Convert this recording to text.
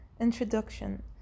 introduction